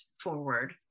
forward